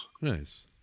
Nice